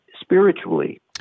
spiritually